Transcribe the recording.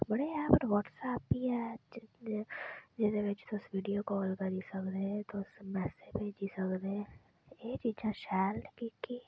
बड़े ऐप न व्हाटसऐप बी ऐ जेह्दे बिच तुस वीडियो कॉल करी सकदे तुस मैसेज दिक्खी सकदे एह् चीजां शैल की कि